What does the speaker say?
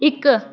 इक